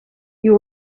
you